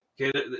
Okay